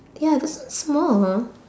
ya that's not small ha